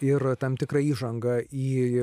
ir tam tikra įžanga į